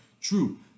True